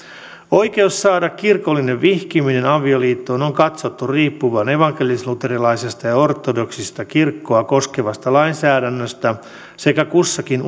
oikeuden saada kirkollinen vihkiminen avioliittoon on katsottu riippuvan evankelisluterilaista ja ortodoksista kirkkoa koskevasta lainsäädännöstä sekä kussakin